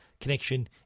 connection